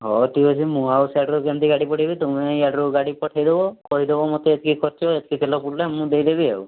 ହେଉ ଠିକ୍ ଅଛି ମୁଁ ଆଉ ସିଆଡ଼ୁ କେମତି ଗାଡ଼ି ପଠାଇବି ତମେ ଇଆଡ଼ୁ ଗାଡ଼ି ପଠାଇଦେବ କହିଦେବ କି ମୋତେ ଏତିକି ଖର୍ଚ୍ଚ ଏତିକି ତେଲ ପଡ଼ିଲା ମୁଁ ଦେଇଦେବି ଆଉ